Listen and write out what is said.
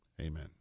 Amen